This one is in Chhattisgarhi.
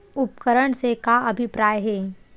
उपकरण से का अभिप्राय हे?